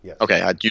Okay